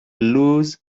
lose